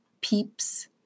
peeps